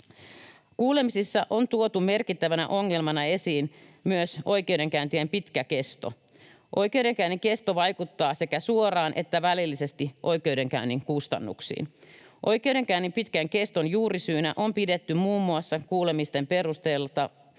Kuulemisissa on tuotu merkittävänä ongelmana esiin myös oikeudenkäyntien pitkä kesto. Oikeudenkäynnin kesto vaikuttaa sekä suoraan että välillisesti oikeudenkäynnin kustannuksiin. Oikeudenkäynnin pitkän keston juurisyynä on pidetty muun muassa kuulemisten perusteella